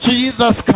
Jesus